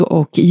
och